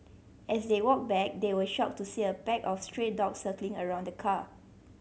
as they walked back they were shocked to see a pack of stray dogs circling around the car